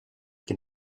que